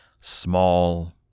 small